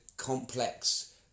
complex